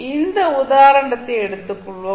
இந்த உதாரணத்தை எடுத்துக்கொள்வோம்